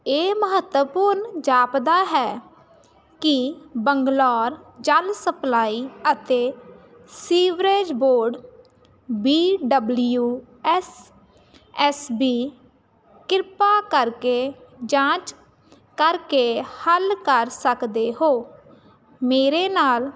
ਇਹ ਮਹੱਤਵਪੂਰਨ ਜਾਪਦਾ ਹੈ ਕਿ ਬੰਗਲੋਰ ਜਲ ਸਪਲਾਈ ਅਤੇ sewerage board B W S S B ਕਿਰਪਾ ਕਰਕੇ ਜਾਂਚ ਕਰਕੇ ਹੱਲ ਕਰ ਸਕਦੇ ਹੋ ਮੇਰੇ ਨਾਲ